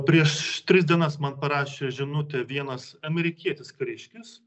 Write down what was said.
prieš tris dienas man parašė žinutę vienas amerikietis kariškis